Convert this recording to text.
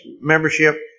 membership